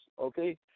okay